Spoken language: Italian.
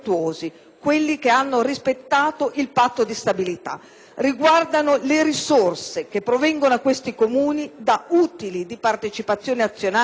stabilità; le risorse che provengono a questi Comuni da utili di partecipazione azionaria (ad esempio, di società di gestione di servizi pubblici locali);